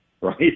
right